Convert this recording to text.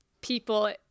people